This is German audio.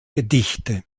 gedichte